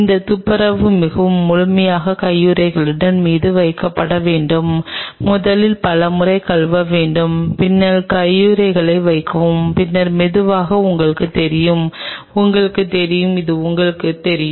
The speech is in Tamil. இந்த துப்புரவு மிகவும் முழுமையாக கையுறைகள் மீது வைக்கப்பட வேண்டும் முதலில் பல முறை கழுவ வேண்டும் பின்னர் கையுறைகளை வைக்கவும் பின்னர் மெதுவாக உங்களுக்குத் தெரியும் உங்களுக்குத் தெரியும் அது உங்களுக்குத் தெரியும்